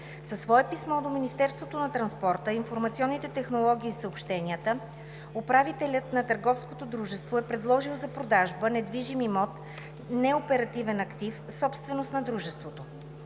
Със свое писмо до Министерството на транспорта, информационните технологии и съобщенията управителят на търговското дружество е предложил за продажба недвижим имот – неоперативен актив, собственост на дружеството.